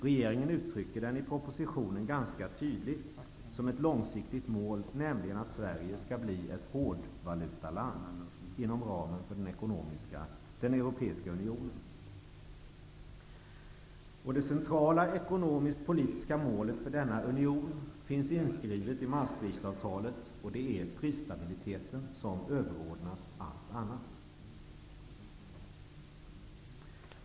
Regeringen uttrycker den i propositionen ganska tydligt som ett långsiktigt mål, nämligen att Sverige skall bli ett ''hårdvalutaland'' inom ramen för den Europeiska Unionen. Det centrala ekonomisktpolitiska målet för denna union finns inskrivet i Maastrichtavtalet, och det är prisstabiliteten, som överordnas allt annat.